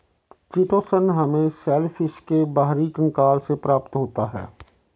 chitosan हमें shellfish के बाहरी कंकाल से प्राप्त होता है